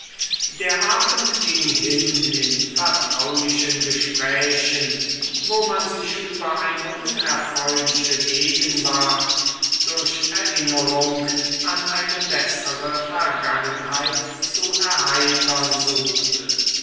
der abend ging hin in vertraulichen gesprächen wo man sich über eine unerfreuliche gegenwart durch erinnerung an eine bessere vergangenheit zu erheitern suchte